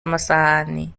amasahani